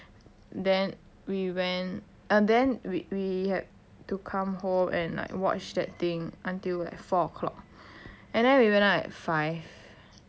then we went and then we we had to come home and watch that thing until like four o'clock and then we went out at five